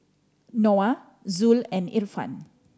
Noah Zul and Irfan